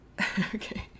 okay